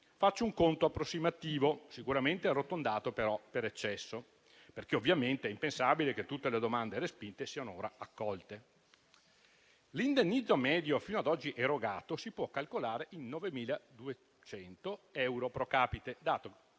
Faccio un conto approssimativo, sicuramente arrotondato per eccesso, perché ovviamente è impensabile che tutte le domande respinte siano ora accolte. L'indennizzo medio fino ad oggi erogato si può calcolare in 9.200 euro *pro capite*, dato che